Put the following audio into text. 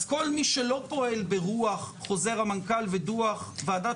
אז כל מי שלא פועל ברוח חוזר המנכ"ל ודוח ועדת